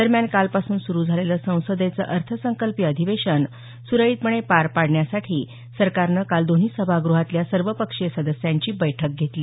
दरम्यान कालपासून सुरू झालेलं संसदेचं अर्थसंकल्पीय अधिवेशन सुरळीतपणे पार पाडण्यासाठी सरकारनं काल दोन्ही सभाग्रहातल्या सर्वपक्षीय सदस्यांची बैठक घेतली